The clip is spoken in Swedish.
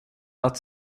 att